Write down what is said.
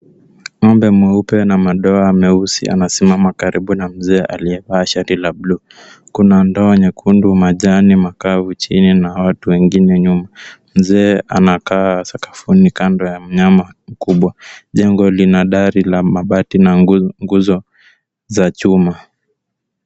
Ng'ombe mweupe na madoa meusi ana simama karibu na mzee aliyevaa shati la bluu. Kuna ndoa nyekundu, majani, makavu, chini, na watu wengine nyuma. Mzee anakaa sakafuni kando ya mnyama mkubwa. Jengo lina dari la mabati na nguzo za chuma.